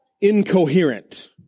incoherent